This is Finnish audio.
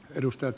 edustajat